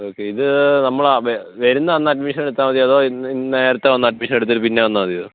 okay ഇത് നമ്മൾ ആ വെ വരുന്ന അന്ന് അഡ്മിഷൻ എടുത്താൽ മതിയോ അതോ ഇന്ന് നേരത്തെ വന്ന് അഡ്മിഷൻ എടുത്തിട്ട് പിന്നെ വന്നാൽ മതിയോ